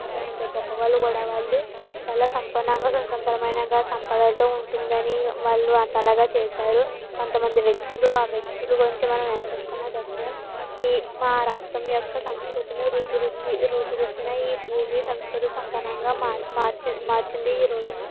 చెప్పలేనంత గొప్ప వాళ్ళు కూడా వాళ్ళు